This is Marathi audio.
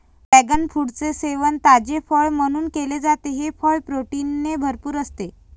ड्रॅगन फ्रूटचे सेवन ताजे फळ म्हणून केले जाते, हे फळ प्रोटीनने भरपूर असते